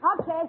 Okay